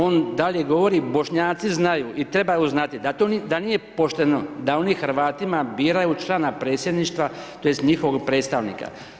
On dalje govori, Bošnjaci znaju i trebaju znati da nije pošteno da oni Hrvatima biraju člana predsjedništva tj. njihovog predstavnika.